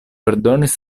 ordonis